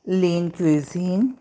lean cuisine